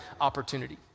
opportunity